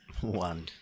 one